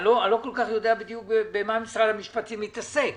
אני לא כל כך יודע בדיוק במה משרד המשפטים מתעסק.